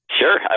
sure